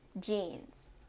jeans